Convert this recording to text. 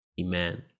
amen